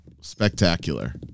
spectacular